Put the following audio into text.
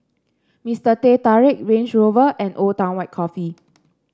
Mister Teh Tarik Range Rover and Old Town White Coffee